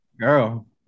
Girl